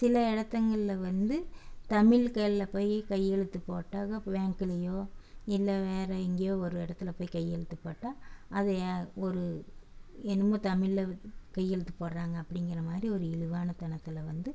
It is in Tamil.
சில இடத்துங்கள்ல வந்து தமிழ்களில் போய் கையெழுத்து போட்டாக்கா பேங்க்குலேயோ இல்லை வேற எங்கேயோ ஒரு இடத்துல போய் கையெழுத்துப் போட்டால் அது யா ஒரு என்னமோ தமிழில் கையெழுத்து போடுகிறாங்க அப்படிங்கிற மாதிரி ஒரு இழிவானத்தனத்தில் வந்து